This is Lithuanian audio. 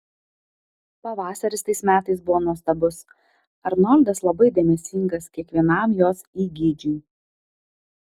pavasaris tais metais buvo nuostabus arnoldas labai dėmesingas kiekvienam jos įgeidžiui